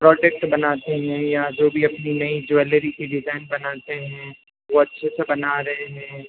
product बनाते हैं या जो भी अपनी नई ज्वेलरी की डिज़ाइन बनाते हैं वो अच्छे से बना रहे हैं